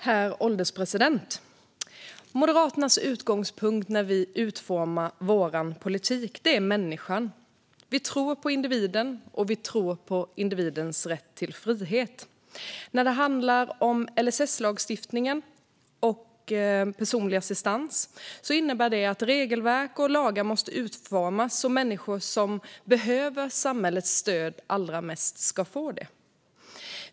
Herr ålderspresident! När vi i Moderaterna utformar vår politik är det människan som är vår utgångspunkt. Vi tror på individen och på individens rätt till frihet. När det handlar om LSS-lagstiftningen och personlig assistans innebär detta att regelverk och lagar måste utformas så att de människor som behöver samhällets stöd allra mest också får det.